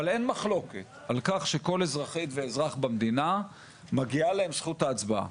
אבל אין מחלוקת על כך שכל אזרחית ואזרח במדינה מגיעה להם זכות ההצבעה,